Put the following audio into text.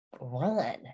run